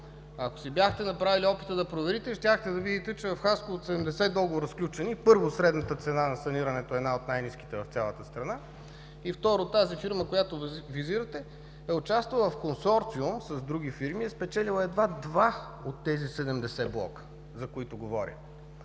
Ако си бяхте направили опита да проверите, щяхте да видите, че в Хасково от 70 сключени договора – първо, средната цена на санирането е една от най-ниските в цялата страна, и второ – тази фирма, която визирате, е участвала в консорциум с други фирми и е спечелила едва два от тези 70 блока, за които говорим.